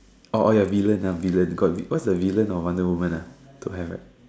oh oh ya villain ah villain got what's the villain of the wonder-woman ah don't have right